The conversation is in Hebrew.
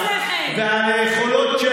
אתם לא רואים איך אתם מכסחים ושוברים את הדמוקרטיה?